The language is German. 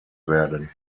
werden